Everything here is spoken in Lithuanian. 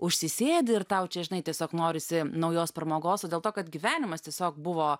užsisėdi ir tau čia žinai tiesiog norisi naujos pramogos dėl to kad gyvenimas tiesiog buvo